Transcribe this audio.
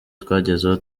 twagezeho